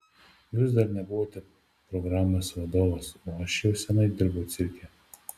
jūs dar nebuvote programos vadovas o aš jau seniai dirbau cirke